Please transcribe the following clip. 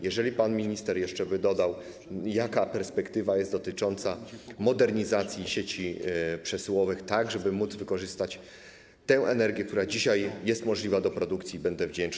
Jeżeli pan minister jeszcze by dodał, jaka jest perspektywa dotycząca modernizacji sieci przesyłowych, tak żeby móc wykorzystać tę energię, która dzisiaj jest możliwa do produkcji, to będę wdzięczny.